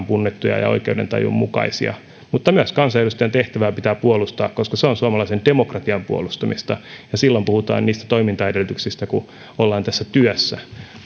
punnittuja ja oikeudentajun mukaisia mutta myös kansanedustajan tehtävää pitää puolustaa koska se on suomalaisen demokratian puolustamista ja silloin puhutaan niistä toimintaedellytyksistä kun ollaan tässä työssä